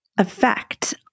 effect